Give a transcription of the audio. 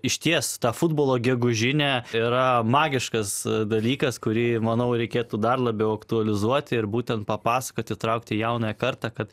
išties ta futbolo gegužinė yra magiškas dalykas kurį manau reikėtų dar labiau aktualizuoti ir būtent papasakoti įtraukti jaunąją kartą kad